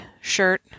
shirt